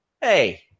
hey